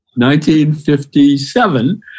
1957